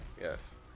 yes